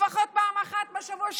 שיהיה להם לפחות פעם אחת בשבוע,